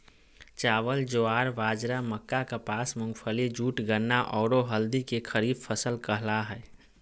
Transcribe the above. चावल, ज्वार, बाजरा, मक्का, कपास, मूंगफली, जूट, गन्ना, औरो हल्दी के खरीफ फसल कहला हइ